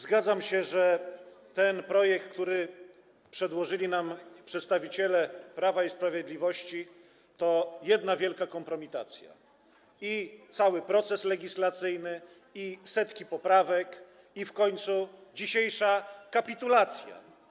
Zgadzam się, że ten projekt, który przedłożyli nam przedstawiciele Prawa i Sprawiedliwości, to jedna wielka kompromitacja - i cały proces legislacyjny, i setki poprawek, i w końcu dzisiejsza kapitulacja.